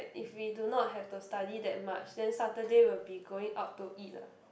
if we do not have to study that much then Saturday we'll be going out to eat lah